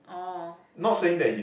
oh okay